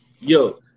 yo